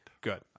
Good